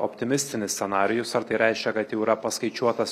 optimistinis scenarijus ar tai reiškia kad jau yra paskaičiuotas